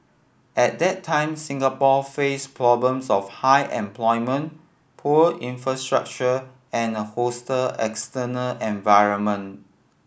at that time Singapore faced problems of high unemployment poor infrastructure and a hostile external environment